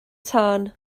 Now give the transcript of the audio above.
tân